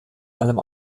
allem